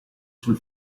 sul